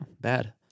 bad